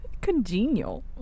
Congenial